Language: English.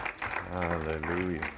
Hallelujah